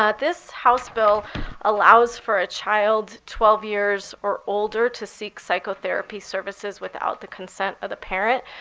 ah this house bill allows for a child twelve years or older to seek psychotherapy services without the consent of the parent.